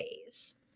ways